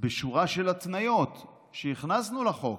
בשורה של התניות שהכנסנו לחוק: